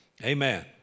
Amen